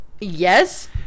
Yes